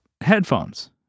headphones